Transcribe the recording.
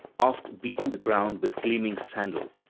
oft beating the ground with gleaming sandal,